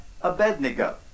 Abednego